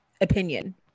opinion